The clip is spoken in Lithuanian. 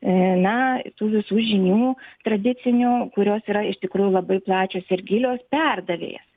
na tų visų žinių tradicinių kurios yra iš tikrųjų labai plačios ir gilios perdavėjas